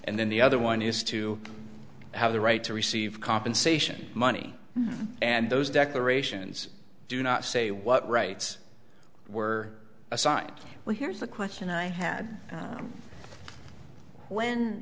and then the other one is to have the right to receive compensation money and those declarations do not say what rights were assigned well here's the question i had when